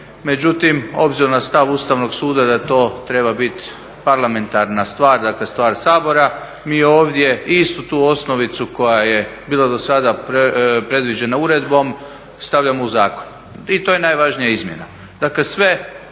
međutim obzirom na stav Ustavnog suda da to treba biti parlamentarna stvar, dakle stvar Sabora, mi ovdje istu tu osnovicu koja je bila do sada predviđena uredbom, stavljamo u zakon. I to je najvažnija izmjena.